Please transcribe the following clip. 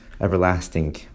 Everlasting